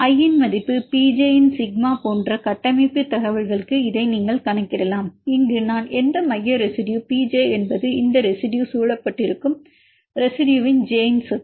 I இன் P j இன் sigma போன்ற கட்டமைப்பு தகவல்களுக்கு இதை நீங்கள் கணக்கிடலாம் இங்கு நான் எந்த மைய ரெசிடுயு P j என்பது இந்த ரெசிடுயு சூழப்பட்டிருக்கும் ரெசிடுயுவின் j இன் சொத்து